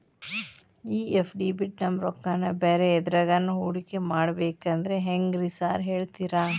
ಈ ಎಫ್.ಡಿ ಬಿಟ್ ನಮ್ ರೊಕ್ಕನಾ ಬ್ಯಾರೆ ಎದ್ರಾಗಾನ ಹೂಡಿಕೆ ಮಾಡಬೇಕಂದ್ರೆ ಹೆಂಗ್ರಿ ಸಾರ್ ಹೇಳ್ತೇರಾ?